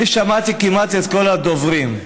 אני שמעתי כמעט את כל הדוברים,